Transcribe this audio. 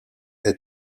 est